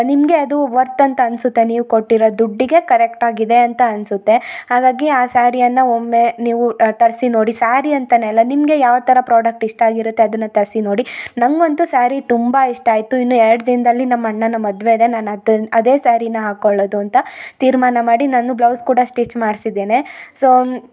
ನಿಮಗೆ ಅದು ವರ್ತ್ ಅಂತ ಅನ್ಸುತ್ತೆ ನೀವು ಕೊಟ್ಟಿರೊ ದುಡ್ಡಿಗೆ ಕರೆಕ್ಟಾಗಿದೆ ಅಂತ ಅನ್ಸುತ್ತೆ ಹಾಗಾಗಿ ಆ ಸ್ಯಾರಿಯನ್ನು ಒಮ್ಮೆ ನೀವು ತರಿಸಿ ನೋಡಿ ಸ್ಯಾರಿ ಅಂತ ಅಲ್ಲ ನಿಮಗೆ ಯಾವ ಥರ ಪ್ರಾಡಕ್ಟ್ ಇಷ್ಟ ಆಗಿರುತ್ತೆ ಅದನ್ನು ತರಿಸಿ ನೋಡಿ ನಂಗೆ ಅಂತೂ ಸ್ಯಾರಿ ತುಂಬ ಇಷ್ಟ ಆಯಿತು ಇನ್ನು ಎರಡು ದಿನದಲ್ಲಿ ನಮ್ಮ ಅಣ್ಣನ ಮದುವೆಯಿದೆ ನಾನು ಅದನ್ನು ಅದೇ ಸ್ಯಾರಿನ ಹಾಕೊಳ್ಳೋದು ಅಂತ ತೀರ್ಮಾನ ಮಾಡಿ ನಾನು ಬ್ಲೌಸ್ ಕೂಡ ಸ್ಟಿಚ್ ಮಾಡ್ಸಿದ್ದೇನೆ ಸೋ